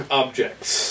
objects